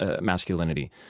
masculinity